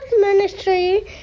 ministry